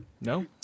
No